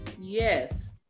Yes